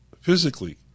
physically